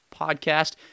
podcast